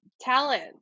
talent